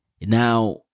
Now